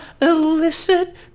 illicit